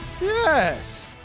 Yes